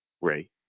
Ray